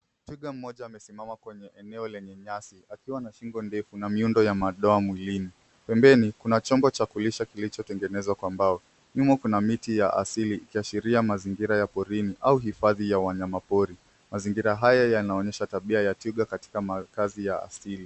Twiga mmoja amesimama kwenye eneo lenye nyasi akiwa na shingo ndefu na miundo ya madoa mwilini. Pembeni kuna chombo cha kulisha kilichotengenezwa kwa mbao. Nyuma kuna miti ya asili ikiashiria mazingira ya porini au hifadhi ya wanyamapori. Mazingira haya yanaonyesha tabia ya twiga katika makazi ya asili.